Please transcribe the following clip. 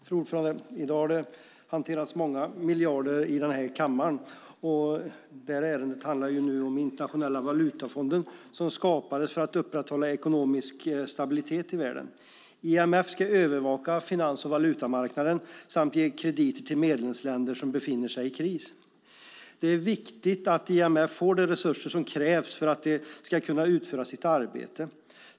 Fru talman! I dag har det hanterats många miljarder i den här kammaren. Det här ärendet handlar om Internationella valutafonden som skapades för att upprätthålla ekonomisk stabilitet i världen. IMF ska övervaka finans och valutamarknaderna samt ge krediter till medlemsländer som befinner sig i kris. Det är viktigt att IMF får de resurser som krävs för att de ska kunna utföra sitt arbete.